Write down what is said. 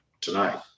tonight